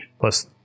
Plus